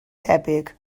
tebyg